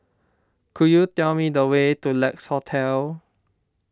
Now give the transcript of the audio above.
could you tell me the way to Lex Hotel